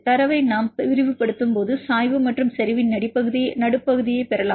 தரவை நாம் விரிவுபடுத்தும்போது சாய்வு மற்றும் செறிவின் நடுப்பகுதியைப் பெறலாம்